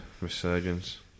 resurgence